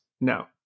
no